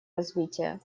развития